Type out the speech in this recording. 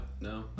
no